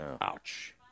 Ouch